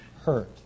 hurt